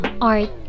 art